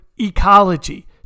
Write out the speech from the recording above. ecology